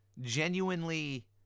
genuinely